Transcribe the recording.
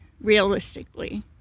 realistically